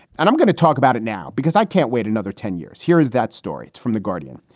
and i'm gonna talk about it now because i can't wait another ten years. here is that story from the guardian.